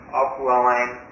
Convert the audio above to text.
upwelling